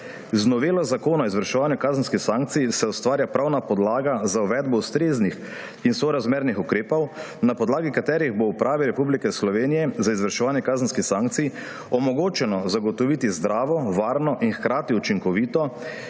Z novelo Zakona o izvrševanju kazenskih sankcij se ustvarja pravna podlaga za uvedbo ustreznih in sorazmernih ukrepov, na podlagi katerih bo Upravi Republike Slovenije za izvrševanje kazenskih sankcij omogočeno zagotoviti zdravo, varno in hkrati učinkovito